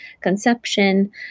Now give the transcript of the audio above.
conception